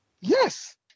Yes